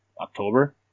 October